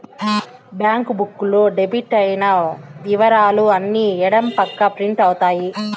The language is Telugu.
బ్యాంక్ బుక్ లో డెబిట్ అయిన ఇవరాలు అన్ని ఎడం పక్క ప్రింట్ అవుతాయి